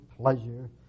pleasure